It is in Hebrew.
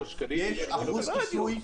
יש 82% כיסוי.